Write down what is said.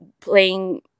playing